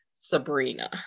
Sabrina